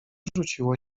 rzuciło